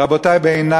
רבותי, בעיני